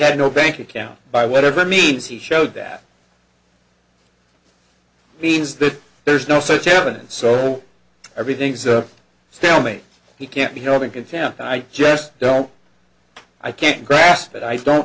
had no bank account by whatever means he showed that means that there's no such evidence so everything's a stalemate he can't be held in contempt i just don't i can't grasp it i don't